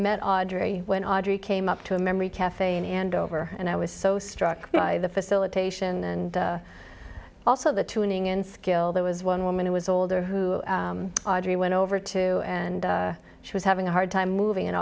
met audrey when audrey came up to a memory cafe in andover and i was so struck by the facilitation and also the tuning in skill there was one woman who was older who audrey went over to and she was having a hard time moving and